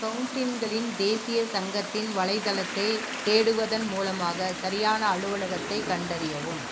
கவுண்டின்களின் தேசிய சங்கத்தின் வலைத்தளத்தைத் தேடுவதன் மூலமாக சரியான அலுவலகத்தைக் கண்டறியவும்